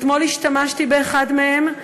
אתמול השתמשתי באחד בהם,